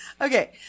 okay